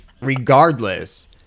regardless